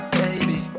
baby